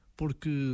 porque